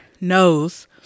knows